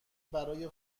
برای